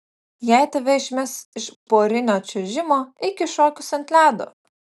jei tave išmes iš porinio čiuožimo eik į šokius ant ledo